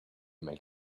make